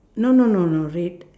no no no no red